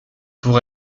pour